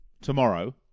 tomorrow